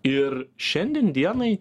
ir šiandien dienai